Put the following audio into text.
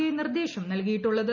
I നിർദേശം നൽകിയിട്ടുള്ളത്